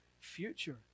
future